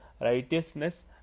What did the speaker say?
righteousness